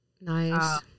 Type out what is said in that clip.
Nice